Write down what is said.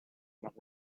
mark